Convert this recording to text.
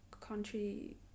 country